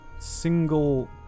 single